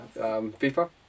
FIFA